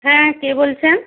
হ্যাঁ কে বলছেন